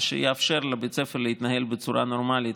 מה שיאפשר לבית ספר להתנהל בצורה נורמלית,